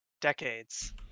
decades